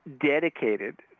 dedicated